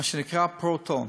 שנקרא "פרוטון".